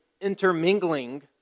intermingling